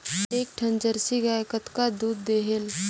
एक ठन जरसी गाय कतका दूध देहेल?